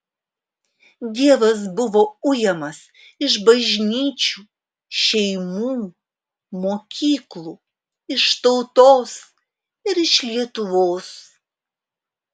dievas buvo ujamas iš bažnyčių šeimų mokyklų iš tautos ir iš lietuvos